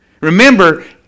Remember